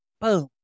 Boom